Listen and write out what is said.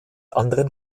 anderen